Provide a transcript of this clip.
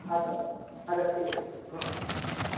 আচ্ছা আচ্ছা আছা ঠিক আছে ধন্যবাদ ধন্যবাদ